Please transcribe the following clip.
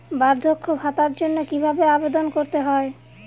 বার্ধক্য ভাতার জন্য কিভাবে আবেদন করতে হয়?